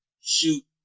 shoot